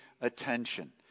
attention